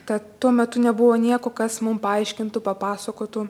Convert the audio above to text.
kad tuo metu nebuvo nieko kas mums paaiškintų papasakotų